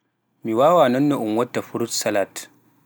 Mi waawaa non no un watta fruit salad